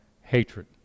hatred